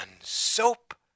soap